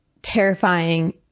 terrifying